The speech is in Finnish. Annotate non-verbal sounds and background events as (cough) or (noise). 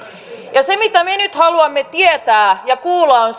se mitä me nyt haluamme tietää ja kuulla on (unintelligible)